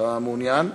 אתה מעוניין?